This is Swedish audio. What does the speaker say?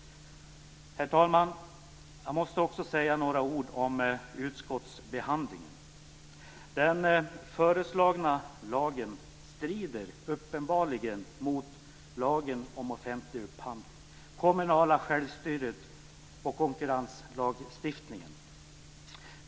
Herr talman! Jag måste också säga några ord om utskottsbehandlingen. Den föreslagna lagen strider uppenbarligen mot lagen om offentlig upphandling, det kommunala självstyret och konkurrenslagstiftningen.